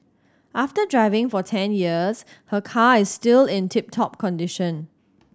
after driving for ten years her car is still in tip top condition